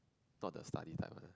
not the study type one